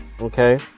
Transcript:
okay